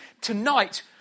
tonight